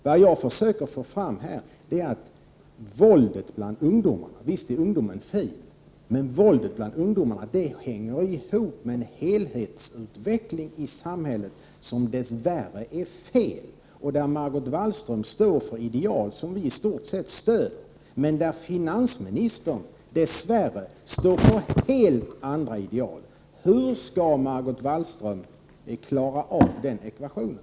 Vad jag försöker få fram här är att visst är ungdomen fin, men våldet bland ungdomarna hänger ihop med en helhetsutveckling i samhället som dess värre är fel, där Margot Wallström står för ideal som vi i stort sett stöder men där finansministern dess värre står för helt andra ideal. Hur skall Margot Wallström klara av den ekvationen?